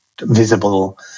visible